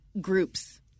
groups